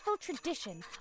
tradition